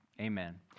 amen